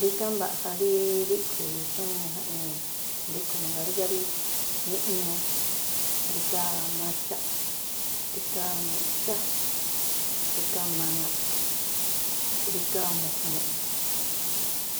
Rígá mbaꞌja rí ríꞌkhui̱ xújnii jaꞌnii ríꞌkhui̱ mangaa, rígá rí miꞌñuu, rígá maxaꞌ, rígá miꞌxá, rígá maŋa̱ꞌ, rígá mu̱jmu̱ꞌ,